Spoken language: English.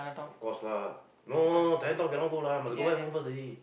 of course lah no no Chinatown cannot go lah must go back home first already